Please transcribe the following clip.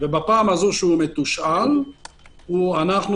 ואז אנחנו